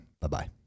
Bye-bye